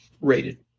rated